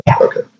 Okay